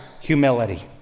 humility